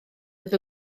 oedd